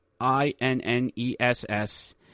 I-N-N-E-S-S